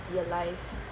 your life